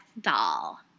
doll